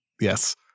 Yes